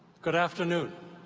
good afternoon.